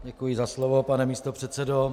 Děkuji za slovo, pane místopředsedo.